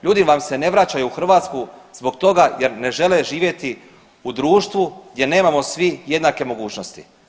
Ljudi vam se ne vraćaju u Hrvatsku zbog toga jer ne žele živjeti u društvu gdje nemamo svi jednake mogućnosti.